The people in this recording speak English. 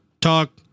talk